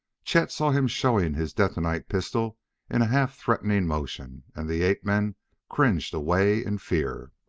chet saw him showing his detonite pistol in a half-threatening motion, and the ape-men cringed away in fear.